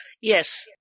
Yes